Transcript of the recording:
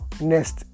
next